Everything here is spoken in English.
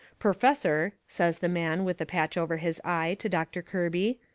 perfessor, says the man with the patch over his eye to doctor kirby,